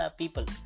people